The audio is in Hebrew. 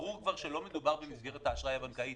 ברור כבר שלא מדובר על מסגרת האשראי הבנקאית,